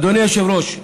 אדוני היושב-ראש,